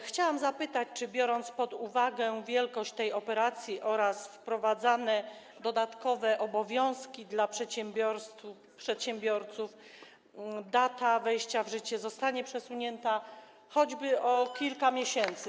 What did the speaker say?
Chciałam zapytać: Czy biorąc pod uwagę wielkość tej operacji oraz wprowadzane dodatkowe obowiązki dla przedsiębiorców, data wejścia w życie zostanie przesunięta choćby o kilka miesięcy?